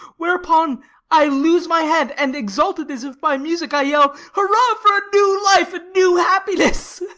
whereupon i lose my head, and exalted as if by music, i yell hurrah for new life and new happiness!